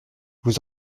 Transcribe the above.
vous